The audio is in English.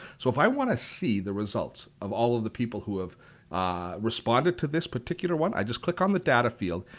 so if i want to see the results of all of the people who have responded to this particular one, i just click on the data field.